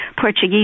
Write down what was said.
Portuguese